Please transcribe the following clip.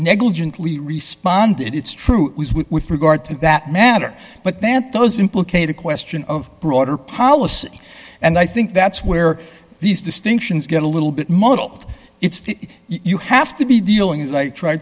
negligently responded it's true with regard to that matter but that those implicated question of broader policy and i think that's where these distinctions get a little bit muddled it's you have to be dealing as i tr